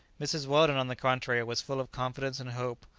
mrs. weldon, on the contrary, was full of confidence and hope.